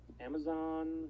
Amazon